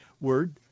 word